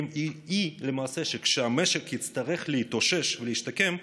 היא למעשה שכשהמשק יצטרך להתאושש ולהשתקם,